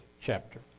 chapter